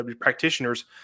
practitioners